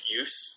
use